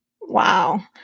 Wow